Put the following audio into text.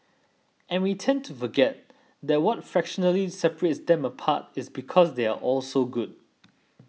and we tend to forget that what fractionally separates them apart is because they are all so good